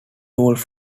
tools